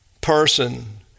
person